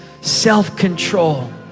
self-control